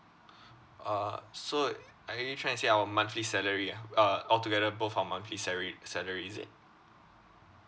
uh so are you trying to say our monthly salary ah uh altogether both our monthly sary~ salary is it